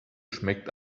schmeckt